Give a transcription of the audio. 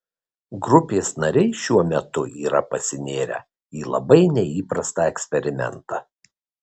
grupės nariai šiuo metu yra pasinėrę į labai neįprastą eksperimentą